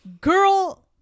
girl